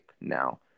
now